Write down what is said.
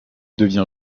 devient